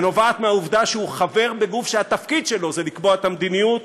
שנובעת מהעובדה שהוא חבר בגוף שהתפקיד שלו זה לקבוע את המדיניות,